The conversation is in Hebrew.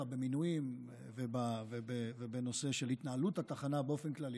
במינויים ובנושא של התנהלות התחנה באופן כללי,